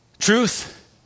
Truth